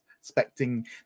expecting